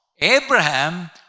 Abraham